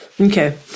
Okay